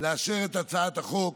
לאשר את הצעת החוק